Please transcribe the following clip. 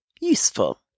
useful